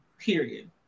period